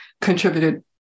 contributed